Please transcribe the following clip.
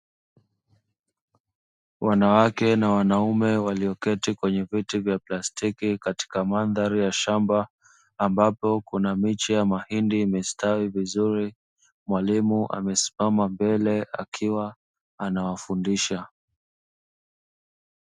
Wanawake na wanaume walioketi kwenye viti vya plastiki katika mandhari ya shamba, ambapo kuna miche ya mahindi imestawi vizuri, mwalimu amesimama mbele akiwa anawafundisha.